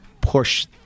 push